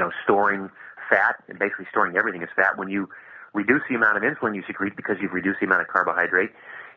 so storing fat and basically storing everything as fat. when you reduce the amount of insulin you secrete because you reduce the amount of carbohydrate